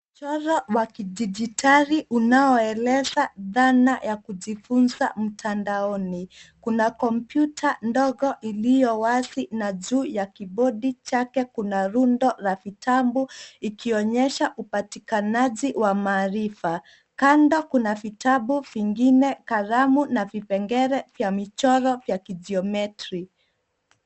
Mchoro wa kidijitali unaowaeleza dhana ya kujifunza mtandaoni. Kuna kompyuta ndogo iliyo wazi na juu ya kibodi chake kuna rundo la vitabu ikionyesha upatikanaji wa maarifa. Kando kuna vitabu vingine, kalamu na vipengele vya michoro ya kijiometri.